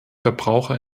verbraucher